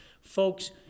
Folks